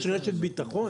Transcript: יש רשת ביטחון?